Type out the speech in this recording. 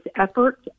effort